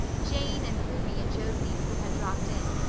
jane and ruby and josie, who had dropped in,